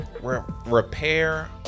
Repair